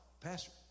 Pastor